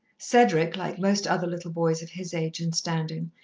cedric, like most other little boys of his age and standing,